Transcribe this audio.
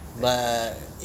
that's malaysia